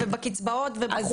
בקצבאות ובחוקים.